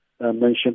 mention